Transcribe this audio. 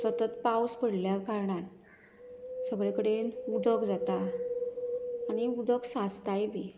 सतत पावस पडल्या कारणान सगळे कडेन उदक जाता आनी उदक सांचताय बी